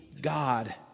God